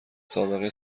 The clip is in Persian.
سابقه